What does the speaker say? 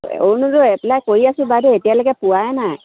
Orunodoi apply কৰি আছো বাইদেউ এতিয়ালৈকে পোৱাই নাই